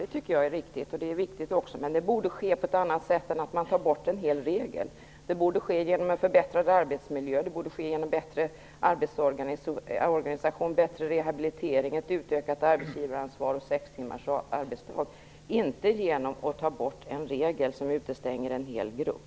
Det tycker jag är riktigt, och det är också viktigt, men det borde ske på ett annat sätt än genom att en hel regel tas bort. Det borde ske genom att arbetsmiljön förbättrades, genom en förbättring av arbetsorganisationen, en förbättring av rehabiliteringen, ett utökat arbetsgivaransvar och sex timmars arbetsdag, inte genom att man tar bort en regel som utestänger en hel grupp.